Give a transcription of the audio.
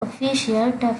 official